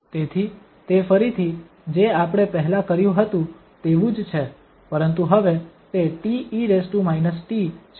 તેથી તે ફરીથી જે આપણે પહેલાં કર્યું હતું તેવું જ છે પરંતુ હવે તે te t છે તેથી ફંક્શન અલગ છે